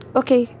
okay